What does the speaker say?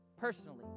personally